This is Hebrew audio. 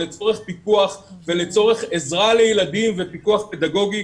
לצורך פיקוח ולצורך עזרה לילדים ופיקוח פדגוגי.